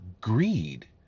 greed